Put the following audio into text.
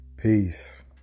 peace